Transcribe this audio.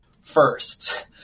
first